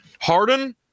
Harden